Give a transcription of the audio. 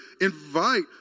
Invite